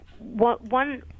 One